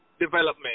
development